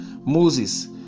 Moses